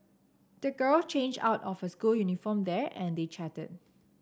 the girl changed out of her school uniform there and they chatted